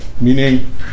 meaning